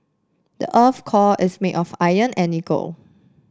the earth core is made of iron and nickel